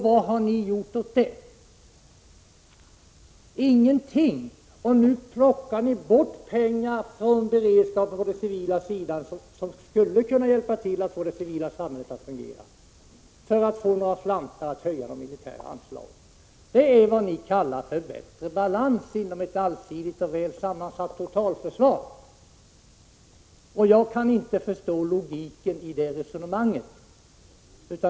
Vad har ni gjort åt det? Ingenting! Och för att få några slantar att höja de militära anslagen plockar ni nu bort pengar från beredskapen på den civila sidan, pengar som skulle kunna hjälpa till att få det civila samhället att fungera. Det är vad ni kallar för bättre balans inom ett allsidigt och väl sammansatt totalförsvar. Jag kan inte förstå logiken i det resonemanget.